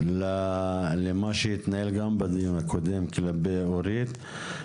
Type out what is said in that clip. למה שהתנהל גם בדיון הקודם כלפי אורית.